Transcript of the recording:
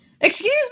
Excuse